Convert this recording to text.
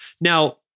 Now